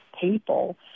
people